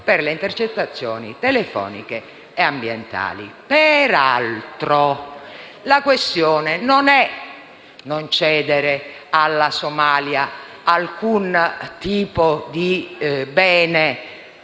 per le intercettazioni telefoniche e ambientali.